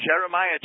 Jeremiah